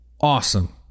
Awesome